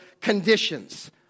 conditions